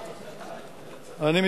האזרחית.